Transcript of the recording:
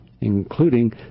including